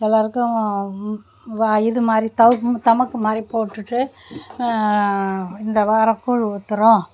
எல்லோருக்கும் வ இதுமாதிரி தமக்கு மாதிரி போட்டுவிட்டு இந்த வாரம் கூழ் ஊற்றுறோம்